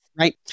Right